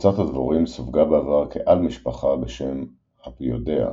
קבוצת הדבורים סווגה בעבר כעל-משפחה בשם Apoidea,